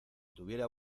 tuviera